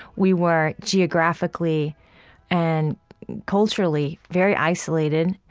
we were geographically and culturally very isolated.